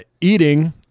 eating